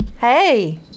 Hey